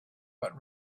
but